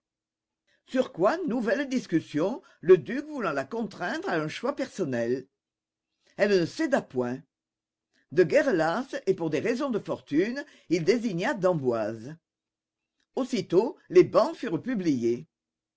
sur quoi nouvelle discussion le duc voulant la contraindre à un choix personnel elle ne céda point de guerre lasse et pour des raisons de fortune il désigna d'emboise aussitôt les bans furent publiés